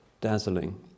dazzling